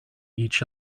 each